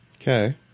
Okay